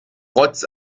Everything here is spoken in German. rotz